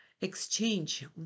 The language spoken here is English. exchange